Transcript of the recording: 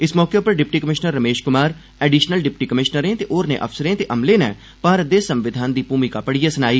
इस मौके उप्पर deputy commissioner Ramesh Kumar additional deputy कमिशनरें ते होरनें अफसरें ते अमले नै भारत दे संविधान दी भूमिका पढ़ियै सनाई